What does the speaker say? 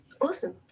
Awesome